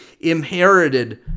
inherited